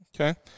Okay